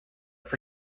for